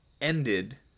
ended